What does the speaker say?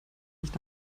nicht